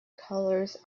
colors